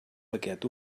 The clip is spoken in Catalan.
paquet